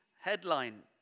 Headline